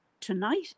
tonight